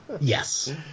Yes